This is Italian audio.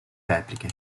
repliche